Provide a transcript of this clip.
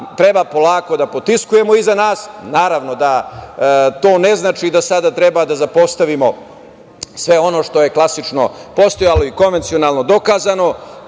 treba polako da potiskujemo iza nas. To ne znači da sada treba da zapostavimo sve ono što je klasično postojalo i konvencionalno dokazano. Kada